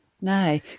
No